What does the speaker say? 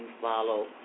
follow